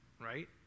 right